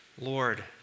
Lord